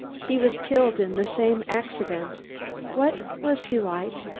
he was killed in the same accident what was he like?